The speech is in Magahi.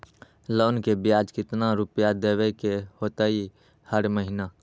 लोन के ब्याज कितना रुपैया देबे के होतइ हर महिना?